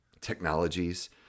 technologies